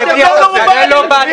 אתם לא נורמליים.